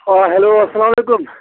ہاں ہیٚلو اسلام علیکُم